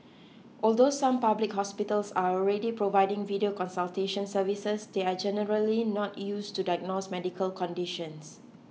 although some public hospitals are already providing video consultation services they are generally not used to diagnose medical conditions